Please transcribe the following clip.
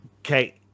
okay